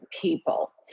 people